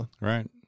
right